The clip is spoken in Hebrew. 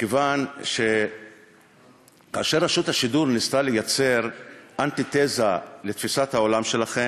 מכיוון שכאשר רשות השידור ניסתה ליצור אנטי-תזה לתפיסת העולם שלכם,